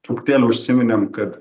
truputėlį užsiminėm kad